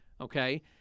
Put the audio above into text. Okay